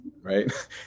right